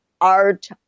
art